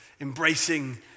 embracing